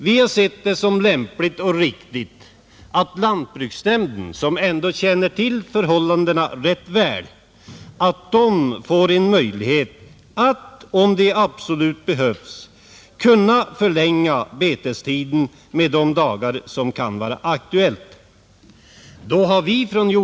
Vi har sett det som lämpligt och riktigt att lantbruksnämnden, som ändå känner till förhållandena rätt väl, får en möjlighet att om det absolut behövs förlänga betestiden med de dagar som kan vara aktuella.